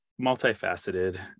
multifaceted